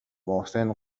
محسن